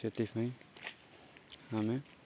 ସେଥିପାଇଁ ଆମେ